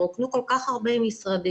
התרוקנו כל כך הרבה משרדים,